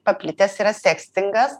paplitęs yra sekstingas